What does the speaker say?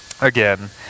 again